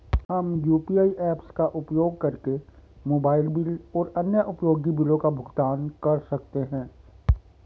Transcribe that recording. हम UPI apps का उपयोग करके मोबाइल बिल और अन्य उपयोगी बिलों का भुगतान कर सकते हैं